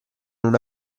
una